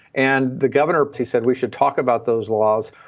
and the governor said we should talk about those laws.